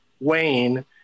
Wayne